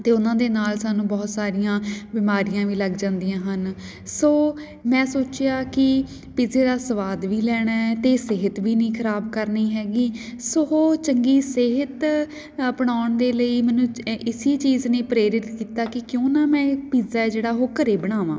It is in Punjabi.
ਅਤੇ ਉਹਨਾਂ ਦੇ ਨਾਲ ਸਾਨੂੰ ਬਹੁਤ ਸਾਰੀਆਂ ਬਿਮਾਰੀਆਂ ਵੀ ਲੱਗ ਜਾਂਦੀਆਂ ਹਨ ਸੋ ਮੈਂ ਸੋਚਿਆ ਕਿ ਪਿੱਜ਼ੇ ਦਾ ਸਵਾਦ ਵੀ ਲੈਣਾ ਹੈ ਅਤੇ ਸਿਹਤ ਵੀ ਨਹੀਂ ਖ਼ਰਾਬ ਕਰਨੀ ਹੈਗੀ ਸੋ ਚੰਗੀ ਸਿਹਤ ਅਪਣਾਉਣ ਦੇ ਲਈ ਮੈਨੂੰ ਇ ਇਸੇ ਚੀਜ਼ ਨੇ ਪ੍ਰੇਰਿਤ ਕੀਤਾ ਕਿ ਕਿਉਂ ਨਾ ਮੈਂ ਪਿੱਜ਼ਾ ਹੈ ਜਿਹੜਾ ਉਹ ਘਰ ਬਣਾਵਾਂ